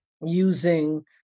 using